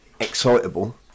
excitable